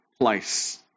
place